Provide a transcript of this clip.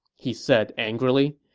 he said angrily.